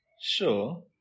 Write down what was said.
Sure